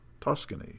Tuscany